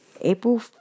April